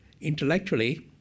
Intellectually